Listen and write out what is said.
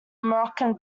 moroccan